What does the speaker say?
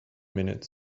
minutes